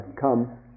come